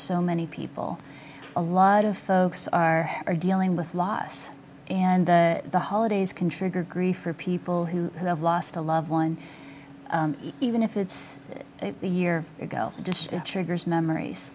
so many people a lot of folks are are dealing with loss and the holidays can trigger grief for people who have lost a loved one even if it's a year ago triggers memories